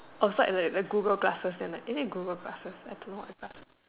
orh so like the Google glasses and like is it Google glasses I don't know what